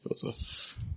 Joseph